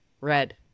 red